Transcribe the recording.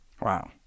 Wow